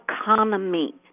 economy